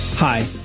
Hi